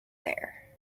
there